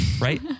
right